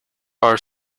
are